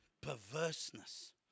Perverseness